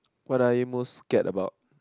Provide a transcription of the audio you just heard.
what I more scared about